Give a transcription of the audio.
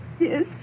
Yes